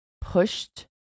pushed